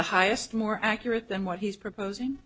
the highest more accurate than what he's proposing